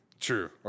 True